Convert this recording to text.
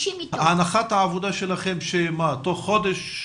הנחת העבודה שלכם שתוך חודש,